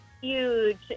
huge